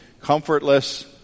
comfortless